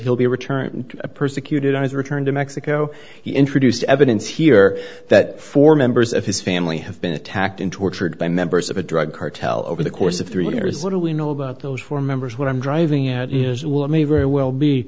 he'll be returned persecuted on his return to mexico he introduced evidence here that four members of his family have been attacked and tortured by members of a drug cartel over the course of three years later we know about those four members what i'm driving at is will may very well be